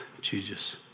Jesus